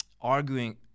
arguing